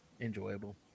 enjoyable